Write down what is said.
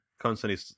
constantly